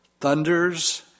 thunders